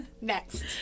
Next